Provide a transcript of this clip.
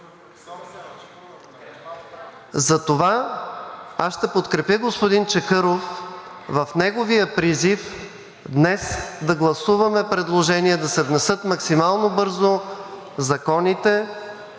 Затова аз ще подкрепя господин Чакъров в неговия призив днес да гласуваме предложение да се внесат максимално бързо законите,